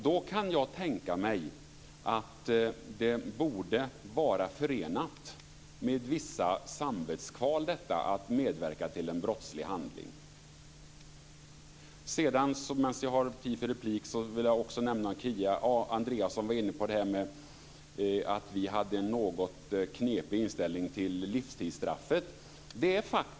Då kan jag tänka mig att det borde vara förenat med vissa samvetskval att medverka till en brottslig handling. Medan jag har tid för replik vill jag också nämna det Kia Andreasson var inne på. Hon sade att vi hade en något knepig inställning till livstidsstraffet.